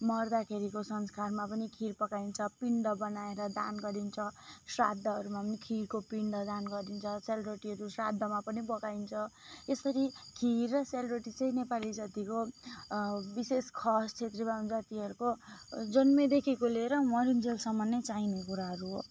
मर्दाखेरिको संस्कारमा पनि खिर पकाइन्छ पिण्ड बनाएर दान गरिन्छ श्राद्धहरूमा पनि खिरको पिण्ड दान गरिन्छ सेलरोटीहरू श्राद्धमा पनि पकाइन्छ यसरी खिर र सेलरोटी चाहिँ नेपाली जातिको विशेष खस छेत्री बाहुन जातिहरूको जन्मेदेखिको दिएर मरुन्जेलसम्म नै चाहिने कुराहरू हो